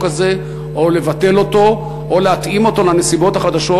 הזה או לבטל אותו או להתאים אותו לנסיבות החדשות,